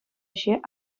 ӗҫе